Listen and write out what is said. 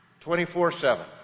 24-7